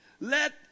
Let